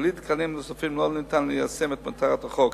בלי תקנים נוספים אין אפשרות ליישם את מטרת החוק.